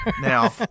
Now